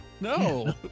no